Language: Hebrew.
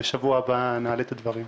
ובשבוע הבא נעלה את הדברים.